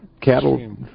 cattle